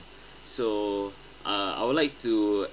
so uh I would like to